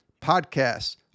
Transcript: Podcasts